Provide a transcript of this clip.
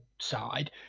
side